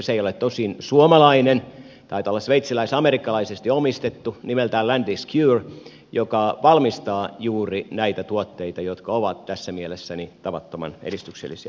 se ei ole tosin suomalainen taitaa olla sveitsiläis amerikkalaisesti omistettu nimeltään landis plus gyr joka valmistaa juuri näitä tuotteita jotka ovat tässä mielessä niin tavattoman edistyksellisiä